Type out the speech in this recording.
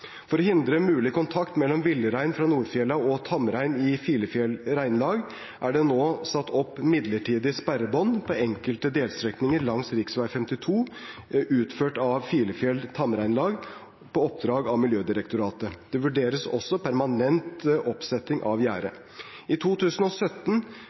fra Nordfjella og tamrein i Filefjell reinlag er det nå satt opp midlertidige sperrebånd på enkelte delstrekninger langs rv. 52, utført av Filefjell tamreinlag på oppdrag av Miljødirektoratet. Det vurderes også permanent oppsetting av